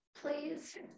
please